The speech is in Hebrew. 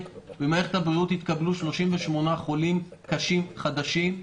במערכת הבריאות התקבלו 38 חולים קשים חדשים,